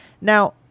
Now